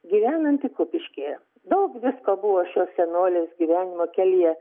gyvenanti kupiškyje daug visko buvu šios senolės gyvenimo kelyje